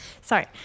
sorry